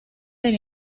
del